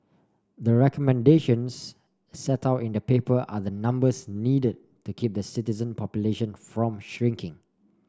the recommendations set out in the paper are the numbers needed to keep the citizen population from shrinking